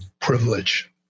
privilege